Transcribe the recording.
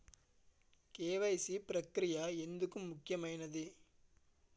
KYC ప్రక్రియ ఎందుకు ముఖ్యమైనది?